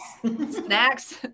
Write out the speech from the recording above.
Snacks